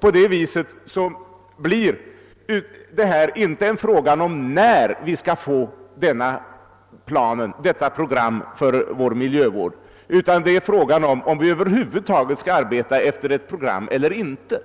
På det viset blir detta inte en fråga om när vi skall få ett program för vår miljövård, utan frågan blir om vi över huvud taget skall arbeta efter ett program eller inte.